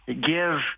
give –